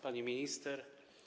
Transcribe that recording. Pani Minister!